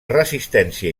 resistència